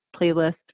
playlist